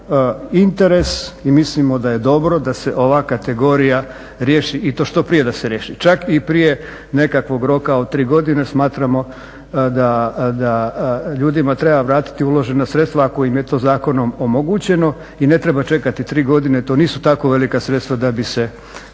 imamo interes i mislimo da je dobro d se ova kategorija riješi i to što prije da se riječi, čak i prije nekakvog roka od tri godine, smatramo da ljudima treba vratiti uložena sredstva ako im je to zakonom omogućeno. I ne treba čekati tri godine, to nisu tako velika sredstva da bi se to